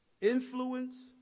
influence